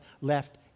left